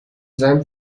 seinem